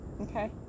Okay